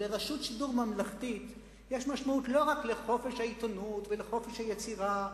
לרשות שידור ממלכתית יש משמעות לא רק לחופש העיתונות ולחופש היצירה,